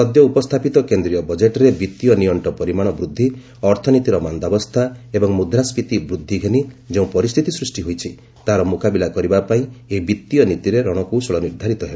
ସଦ୍ୟ ଉପସ୍ଥାପିତ କେନ୍ଦ୍ରୀୟ ବଜେଟ୍ରେ ବିଭୀୟ ନିଅଙ୍କ ପରିମାଣ ବୂଦ୍ଧି ଅର୍ଥନୀତିର ମାନ୍ଦାବସ୍ଥା ଏବଂ ମୁଦ୍ରାସ୍କୀତି ବୂଦ୍ଧି ଘେନି ଯେଉଁ ପରିସ୍ଥିତି ସୃଷ୍ଟି ହୋଇଛି ତାହାର ମୁକାବିଲା କରିବା ପାଇଁ ଏହି ବିଭୀୟ ନୀତିରେ ରଣକୌଶଳ ନିର୍ଦ୍ଧାରିତ ହେବ